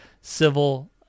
civil